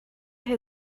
hier